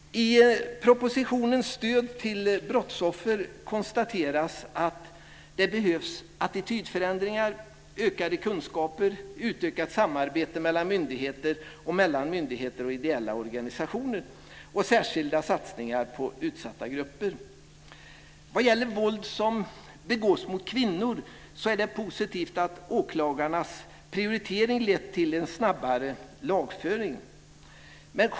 I propositionen Stöd till brottsoffer konstateras att det behövs attitydförändringar, ökade kunskaper, utökat samarbete mellan myndigheter och mellan myndigheter och ideella organisationer, särskilda satsningar på utsatta grupper. Vad gäller våld som begås mot kvinnor är det positivt att åklagarnas prioritering har lett till en snabbare lagföring.